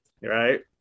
right